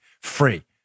free